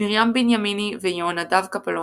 מרים בנימיני ויהונדב קפלון,